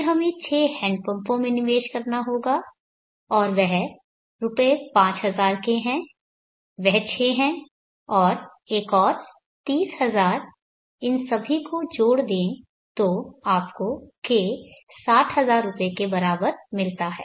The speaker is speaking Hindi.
फिर हमें 6 हैंडपम्पों में निवेश करना होगा और वह रुपये 5000 के है वह 6 है और एक और 30000 इन सभी को जोड़ दें तो आपको K 60000 रुपये के बराबर मिलता है